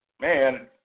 Man